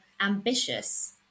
ambitious